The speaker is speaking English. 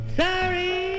sorry